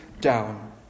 down